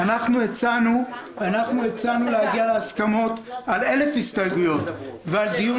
אנחנו הצענו להגיע להסכמות על 1,000 הסתייגויות ועל דיון